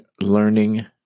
learning